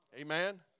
Amen